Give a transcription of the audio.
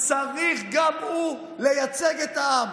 צריך לייצג את העם,